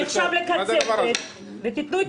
שייקחו כסף ממשהו שאולי נחשב לקצפת ותנו את הלחם.